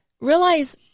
realize